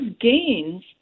gains